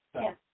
Yes